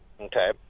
Okay